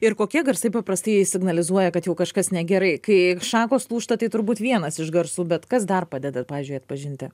ir kokie garsai paprastai signalizuoja kad jau kažkas negerai kai šakos lūžta tai turbūt vienas iš garsų bet kas dar padeda pavyzdžiui atpažinti